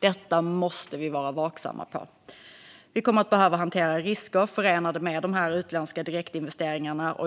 Detta måste vi vara vaksamma på. Vi kommer att behöva hantera risker förenade med dessa utländska direktinvesteringar.